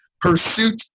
Pursuit